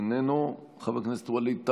איננו, חבר הכנסת ווליד טאהא,